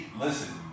listen